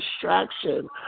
distraction